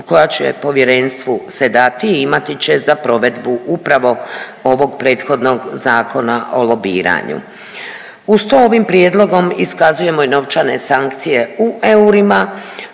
koja će Povjerenstvu se dati i imati će za provedbu upravo ovog prethodnog Zakona o lobiranju. Uz to ovim prijedlogom iskazujemo i novčane sankcije u eurima,